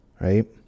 right